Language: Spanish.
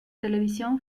televisión